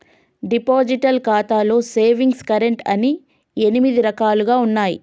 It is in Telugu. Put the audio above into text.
డిపాజిట్ ఖాతాలో సేవింగ్స్ కరెంట్ అని ఎనిమిది రకాలుగా ఉన్నయి